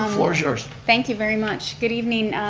the floor is yours. thank you very much. good evening,